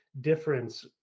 difference